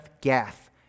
Gath